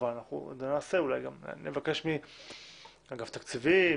אולי נבקש מאגף תקציבים,